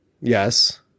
yes